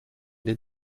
den